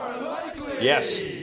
Yes